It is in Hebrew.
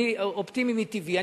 אני אופטימי מטבעי.